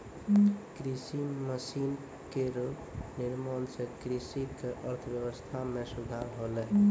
कृषि मसीन केरो निर्माण सें कृषि क अर्थव्यवस्था म सुधार होलै